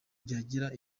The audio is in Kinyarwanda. byagira